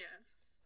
Yes